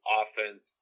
offense